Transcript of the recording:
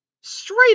Straight